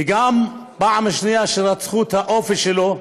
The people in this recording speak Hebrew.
ופעם שנייה שרצחו את האופי שלו,